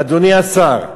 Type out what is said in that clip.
אדוני השר,